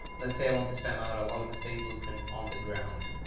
let's say i want to spawn out a lot of the same blueprints on the ground.